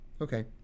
Okay